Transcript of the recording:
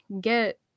get